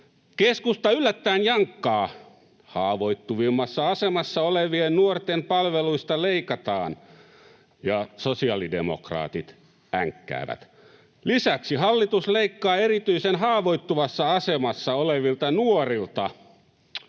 Keskusta yllättäen jankkaa: ”Haavoittuvimmassa asemassa olevien nuorten palveluista leikataan.” Ja sosiaalidemokraatit änkkäävät: ”Lisäksi hallitus leikkaa erityisen haavoittuvassa asemassa olevilta nuorilta.”